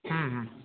ହୁଁ ହୁଁ